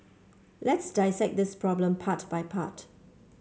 let's dissect this problem part by part